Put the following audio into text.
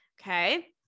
okay